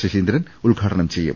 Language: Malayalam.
ശശീന്ദ്രൻ ഉദ്ഘാടനം ചെയ്യും